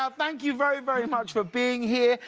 ah thank you very, very much for being here.